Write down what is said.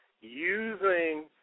Using